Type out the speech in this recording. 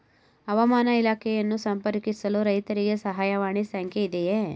ಹವಾಮಾನ ಇಲಾಖೆಯನ್ನು ಸಂಪರ್ಕಿಸಲು ರೈತರಿಗೆ ಸಹಾಯವಾಣಿ ಸಂಖ್ಯೆ ಇದೆಯೇ?